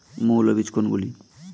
মৌল বীজ কোনগুলি?